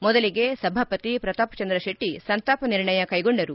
ಮೊದಲಿಗೆ ಸಭಾಪತಿ ಪ್ರತಾಪ ಚಂದ್ರ ಶೆಟ್ಟ ಸಂತಾಪ ನಿರ್ಣಯ ಕೈಗೊಂಡರು